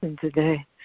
today